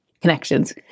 connections